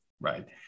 right